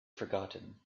forgotten